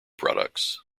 products